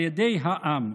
על ידי העם,